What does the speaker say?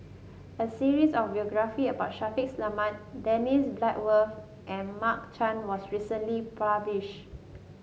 a series of biography about Shaffiq Selamat Dennis Bloodworth and Mark Chan was recently published